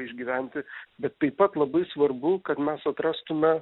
išgyventi bet taip pat labai svarbu kad mes atrastume